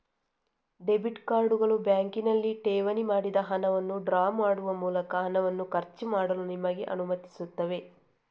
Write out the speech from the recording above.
debit ಕಾರ್ಡುಗಳು ಬ್ಯಾಂಕಿನಲ್ಲಿ ಠೇವಣಿ ಮಾಡಿದ ಹಣವನ್ನು ಡ್ರಾ ಮಾಡುವ ಮೂಲಕ ಹಣವನ್ನು ಖರ್ಚು ಮಾಡಲು ನಿಮಗೆ ಅನುಮತಿಸುತ್ತವೆ